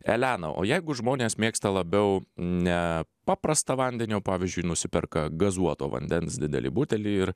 elena o jeigu žmonės mėgsta labiau ne paprastą vandenį o pavyzdžiui nusiperka gazuoto vandens didelį butelį ir